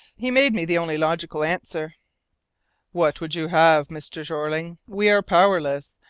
he made me the only logical answer what would you have, mr. jeorling? we are powerless.